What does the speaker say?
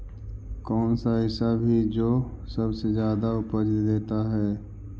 कौन सा ऐसा भी जो सबसे ज्यादा उपज देता है?